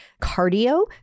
cardio